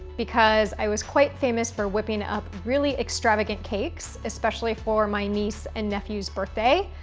because i was quite famous for whipping up really extravagant cakes, especially for my niece and nephew's birthday.